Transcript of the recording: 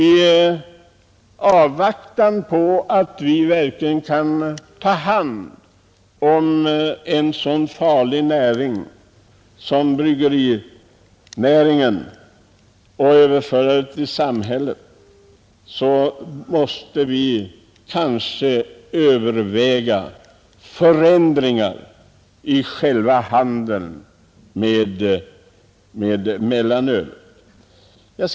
I avvaktan på att samhället tar hand om en så farlig hantering som bryggerinäringen måste vi kanske överväga förändringar i handeln med mellanölet.